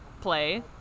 play